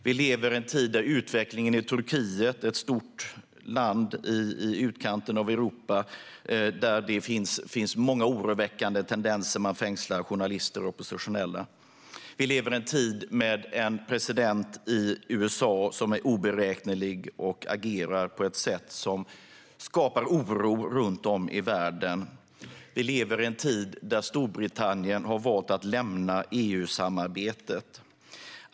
Vi lever i en tid där utvecklingen i Turkiet, ett stort land i utkanten av Europa, präglas av oroväckande tendenser: Man fängslar journalister och oppositionella. Vi lever i en tid med en president i USA som är oberäknelig och agerar på ett sätt som skapar oro runt om i världen. Vi lever i en tid där Storbritannien har valt att lämna EU-samarbetet.